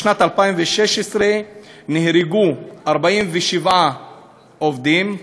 בשנת 2016 נהרגו 47 עובדים,